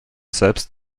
selbst